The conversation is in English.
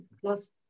plus